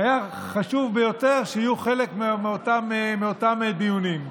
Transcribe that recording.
שהיה חשוב ביותר שיהיו חלק מאותם דיונים.